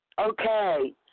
Okay